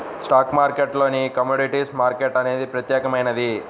stock మార్కెట్టులోనే commodities market అనేది ప్రత్యేకమైనది